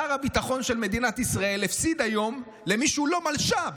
שר הביטחון של מדינת ישראל הפסיד היום למי שהוא לא מלש"ב,